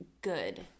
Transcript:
good